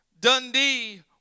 Dundee